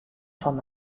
fan